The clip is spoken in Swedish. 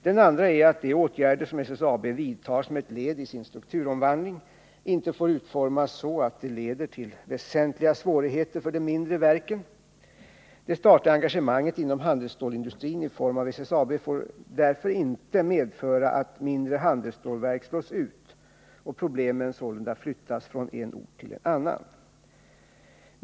Det andra är att de åtgärder som SSAB vidtar som ett led i sin strukturomvandling inte får utformas så att de leder till väsentliga svårigheter för de mindre verken. Det statliga engagemanget inom handelsstålsindustrin i form av SSAB får därför inte medföra att mindre handelsstålverk slås ut och problemen sålunda flyttas från en ort till en annan.